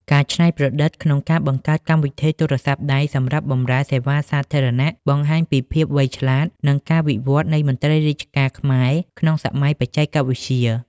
ការច្នៃប្រឌិតក្នុងការបង្កើតកម្មវិធីទូរស័ព្ទដៃសម្រាប់បម្រើសេវាសាធារណៈ បង្ហាញពីភាពវៃឆ្លាត និងការវិវត្តនៃមន្ត្រីរាជការខ្មែរក្នុងសម័យបច្ចេកវិទ្យា។